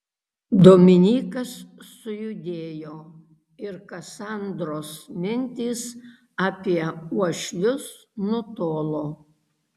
dominykas sujudėjo ir kasandros mintys apie uošvius nutolo